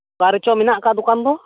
ᱚᱠᱟᱨᱮᱪᱚ ᱢᱮᱱᱟᱜ ᱟᱠᱟᱫ ᱫᱚᱠᱟᱱ ᱫᱚ